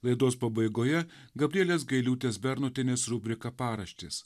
laidos pabaigoje gabrielės gailiūtės bernotienės rubrika paraštės